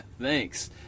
Thanks